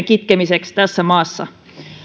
kitkemiseksi tässä maassa